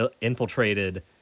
infiltrated